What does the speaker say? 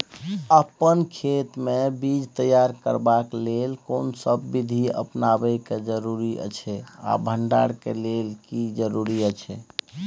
अपन खेत मे बीज तैयार करबाक के लेल कोनसब बीधी अपनाबैक जरूरी अछि आ भंडारण के लेल की जरूरी अछि?